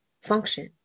function